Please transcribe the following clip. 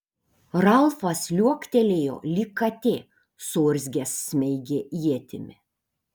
ralfas liuoktelėjo lyg katė suurzgęs smeigė ietimi